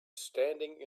standing